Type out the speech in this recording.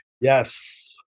Yes